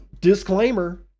disclaimer